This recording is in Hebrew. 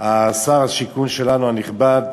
שר השיכון שלנו הנכבד